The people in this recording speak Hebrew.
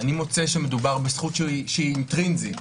אני מוצא שמדובר בזכות שהיא אינטרינזית,